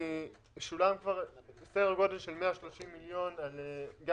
שולם כבר סדר גודל של 130 מיליון גם